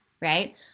right